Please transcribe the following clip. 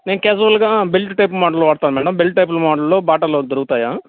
నేను క్యాజువల్గా belt type model వాడుతాను మేడమ్ బెల్ట్ టైప్ మోడల్లో బాటాలో దొరుకుతాయా